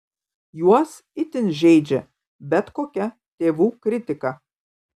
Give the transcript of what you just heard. juos itin žeidžia bet kokia tėvų kritika